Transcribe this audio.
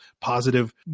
positive